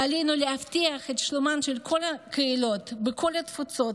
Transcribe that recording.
ועלינו להבטיח את שלומן של כל הקהילות בכל התפוצות,